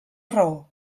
raó